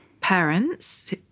parents